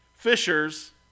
Fishers